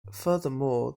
furthermore